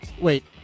Wait